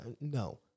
No